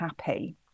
happy